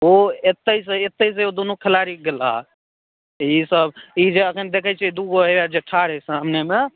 ओ एतहि एतहिसॅं ओ दुनू खेलाड़ी गेलाह ई सब ई जे एखन देखै छियै दूगो अछि जे ठाढ़ अछि सामनेमे